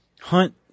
hunt